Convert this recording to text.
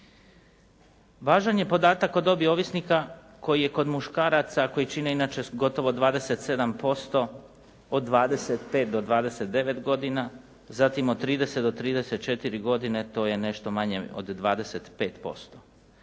Važan je podatak o dobi ovisnika koji je kod muškaraca koji čine inače gotovo 27% od 25 do 29 godina, zatim od 30 do 34 godine to je nešto manje od 25%.